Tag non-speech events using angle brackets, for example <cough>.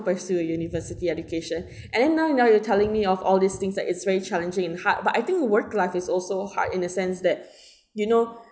pursue a university education <breath> and then now now you're telling me of all these things like it's very challenging and hard but I think work life is also hard in the sense that <breath> you know